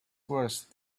worse